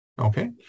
Okay